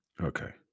Okay